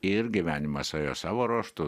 ir gyvenimas ėjo savo ruožtu